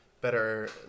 better